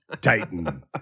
Titan